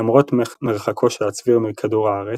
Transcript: למרות מרחקו של הצביר מכדור הארץ,